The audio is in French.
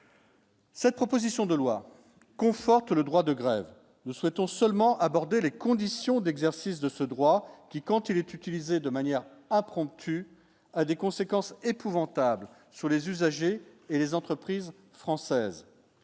Cette proposition de loi conforte le droit de grève nous souhaitons seulement aborder les conditions d'exercice de ce droit, qui quand il est utilisé de manière impromptue a des conséquences épouvantables sur les usagers et les entreprises françaises.